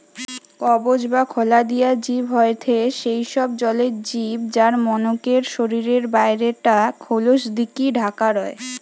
কবচ বা খলা দিয়া জিব হয়থে সেই সব জলের জিব যার মনকের শরীরের বাইরে টা খলস দিকি ঢাকা রয়